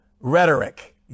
rhetoric